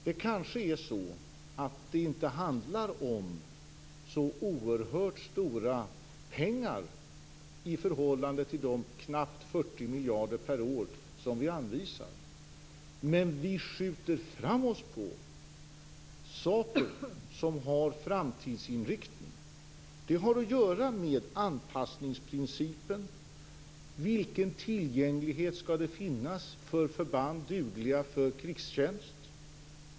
Det kanske är så att det inte handlar om så oerhört stora pengar i förhållande till de knappt 40 miljarder per år som vi anvisar. Men vi skjuter fram saker som har framtidsinriktning. Detta har att göra med anpassningsprincipen; Vilken tillgänglighet skall finnas för förband dugliga för krigstjänst?